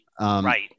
Right